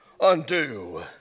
undo